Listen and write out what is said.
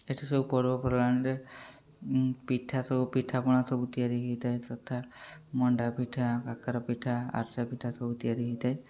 ଏଇଠି ସବୁ ପର୍ବପର୍ବାଣିରେ ପିଠା ସବୁ ପିଠାପଣା ସବୁ ତିଆରି ହୋଇଥାଏ ତଥା ମଣ୍ଡା ପିଠା କାକରା ପିଠା ଆରିଷା ପିଠା ସବୁ ତିଆରି ହୋଇଥାଏ